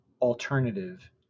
alternative